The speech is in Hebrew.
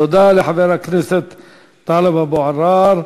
תודה לחבר הכנסת טלב אבו עראר.